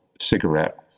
cigarette